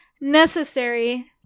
necessary